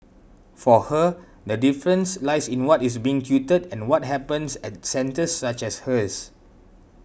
for her the difference lies in what is being tutored and what happens at centres such as hers